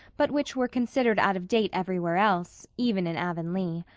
but which were considered out of date everywhere else, even in avonlea.